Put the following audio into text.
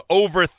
over